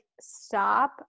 stop